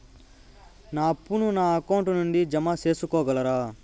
నా అప్పును నా అకౌంట్ నుండి జామ సేసుకోగలరా?